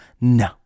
No